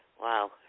Wow